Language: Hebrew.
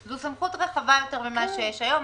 זו סמכות רחבה יותר ממה שיש היום.